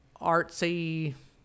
artsy